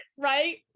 right